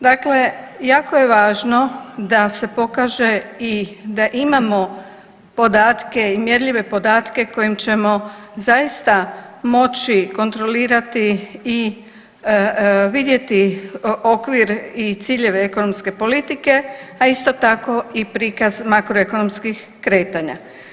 Dakle, jako je važno da se pokaže i da imamo podatke i mjerljive podatke kojim ćemo zaista moći kontrolirati i vidjeti okvir i ciljeve ekonomske politike, a isto tako i prikaz makroekonomskih kretanja.